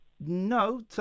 No